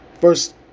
First